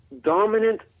dominant